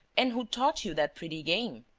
and who taught you that pretty game?